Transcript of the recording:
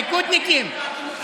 ליכודניקים.